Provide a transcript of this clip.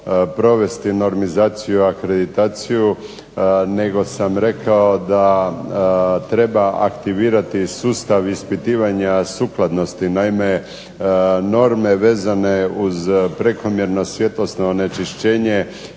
provesti normizaciju i akreditaciju, nego sam rekao da treba aktivirati sustav ispitivanja sukladnosti. Naime norme vezane uz prekomjerno svjetlosno onečišćenje